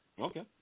Okay